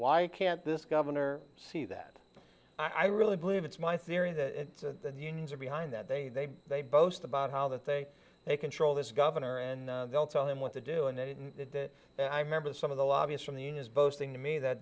why can't this governor see that i really believe it's my theory that the unions are behind that they they they boast about how that they they control this governor and they'll tell him what to do and then i remember some of the lobbyist from the unions boasting to me that